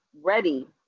ready